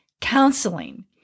counseling